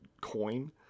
coin